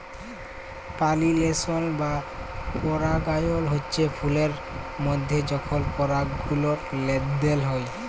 পালিলেশল বা পরাগায়ল হচ্যে ফুলের মধ্যে যখল পরাগলার লেলদেল হয়